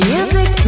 Music